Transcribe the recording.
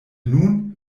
nun